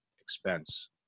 expense